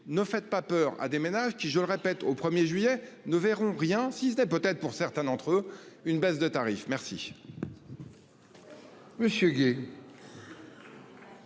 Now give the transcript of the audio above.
ne fait pas peur à des ménages qui, je le répète au 1er juillet ne verront rien si ce n'est peut-être pour certains d'entre eux, une baisse de tarifs. Si.